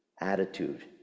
attitude